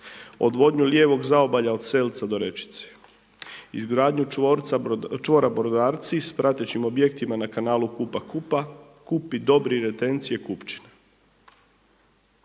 odvodnju lijevog zaobalja od Selca do Rečice, izgradnju čvorca, čvora Brodaraci s pratećim objektima na kanalu Kupa Kupa, Kupi, Dobri retencije Kupčine.